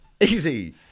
easy